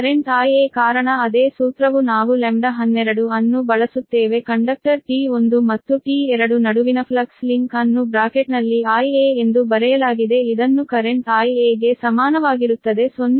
current Ia ಕಾರಣ ಅದೇ ಸೂತ್ರವು ನಾವು λ12 ಅನ್ನು ಬಳಸುತ್ತೇವೆ ಕಂಡಕ್ಟರ್ T1 ಮತ್ತು T2 ನಡುವಿನ ಫ್ಲಕ್ಸ್ ಲಿಂಕ್ ಅನ್ನು ಬ್ರಾಕೆಟ್ನಲ್ಲಿ Ia ಎಂದು ಬರೆಯಲಾಗಿದೆ ಇದನ್ನು ಕರೆಂಟ್ Ia ಗೆ ಸಮಾನವಾಗಿರುತ್ತದೆ 0